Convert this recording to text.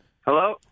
Hello